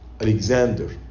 Alexander